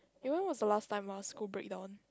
even was the last time ah school break down